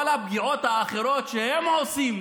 כל הפגיעות האחרות שהם עושים,